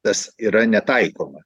tas yra netaikoma